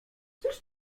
cóż